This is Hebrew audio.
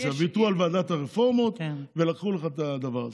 ויתרו על ועדת הרפורמות ולקחו לך את הדבר הזה.